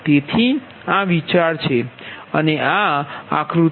તેથી આ વિચાર છે અને આ આક્રુતિ